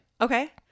Okay